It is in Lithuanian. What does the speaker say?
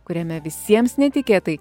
kuriame visiems netikėtai